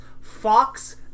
Fox